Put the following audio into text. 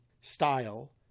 style